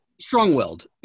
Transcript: Strong-willed